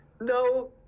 No